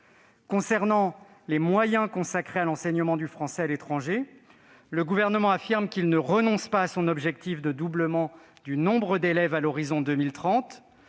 Concernant les moyens consacrés à l'enseignement du français à l'étranger, le Gouvernement affirme qu'il ne renonce pas à son objectif de doublement du nombre d'élèves à l'horizon 2030,